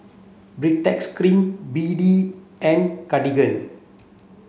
Baritex cream B D and Cartigain